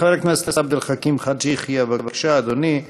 חבר הכנסת עבד אל חכים חאג' יחיא, בבקשה, אדוני.